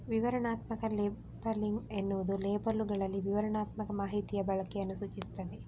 ವಿವರಣಾತ್ಮಕ ಲೇಬಲಿಂಗ್ ಎನ್ನುವುದು ಲೇಬಲ್ಲುಗಳಲ್ಲಿ ವಿವರಣಾತ್ಮಕ ಮಾಹಿತಿಯ ಬಳಕೆಯನ್ನ ಸೂಚಿಸ್ತದೆ